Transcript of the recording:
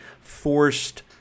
forced